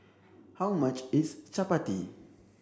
how much is Chapati